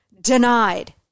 Denied